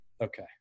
Okay